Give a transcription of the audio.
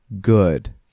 good